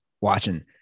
watching